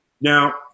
Now